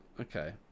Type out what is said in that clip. Okay